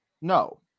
No